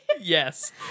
yes